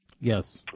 Yes